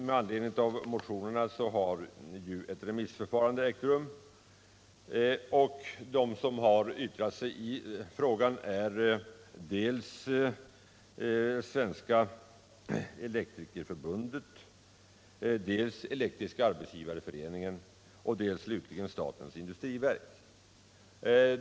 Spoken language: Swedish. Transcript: Med anledning av motionerna har ett remissförfarande ägt rum, varvid Svenska elektrikerförbundet, Elektriska arbetsgivareföreningen och statens industriverk har yttrat sig.